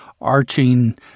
arching